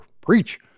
Preach